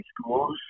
schools